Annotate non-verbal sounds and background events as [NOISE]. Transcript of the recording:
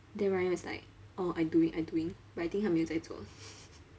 then ryan was like orh I doing I doing but I think 他没有在做 [LAUGHS]